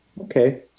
Okay